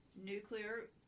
nuclear